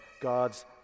God's